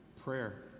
Prayer